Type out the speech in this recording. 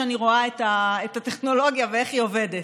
כשאני רואה את הטכנולוגיה ואיך היא עובדת.